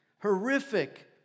horrific